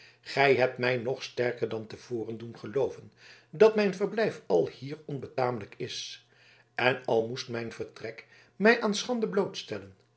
gij hebt mij nog sterker dan te voren doen gevoelen dat mijn verblijf alhier onbetamelijk is en al moest mijn vertrek mij